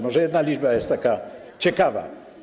Może jedna liczba jest taka ciekawa.